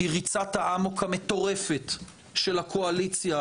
היא ריצת האמוק המטורפת של הקואליציה,